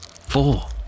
four